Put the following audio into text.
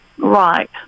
right